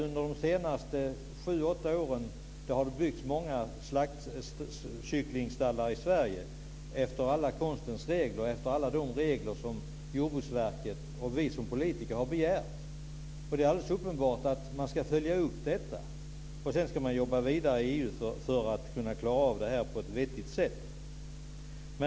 Under de senaste sju åtta åren har det byggts många slaktkycklingstallar i Sverige efter alla konstens regler och efter alla regler som Jordbruksverket och vi politiker har begärt. Det är uppenbart att man ska följa upp detta. Man ska sedan jobba vidare i EU för att klara detta på ett vettigt sätt.